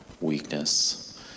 weakness